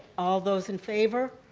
all those in favor?